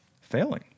failing